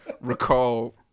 recall